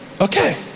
Okay